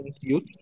youth